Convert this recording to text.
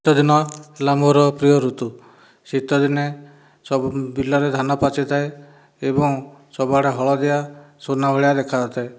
ଶୀତ ଦିନ ହେଲା ମୋର ପ୍ରିୟ ଋତୁ ଶୀତଦିନେ ସବୁ ବିଲରେ ଧାନ ପାଚିଥାଏ ଏବଂ ସବୁଆଡ଼େ ହଳଦିଆ ସୁନା ଭଳି ଦେଖାଯାଉଥାଏ